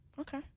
Okay